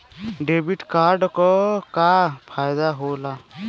Debit card क का फायदा हो ला?